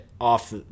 off